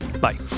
Bye